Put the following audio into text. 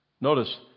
Notice